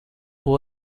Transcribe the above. who